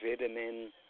vitamin